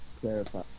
Clarify